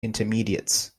intermediates